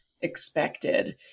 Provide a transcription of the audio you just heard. expected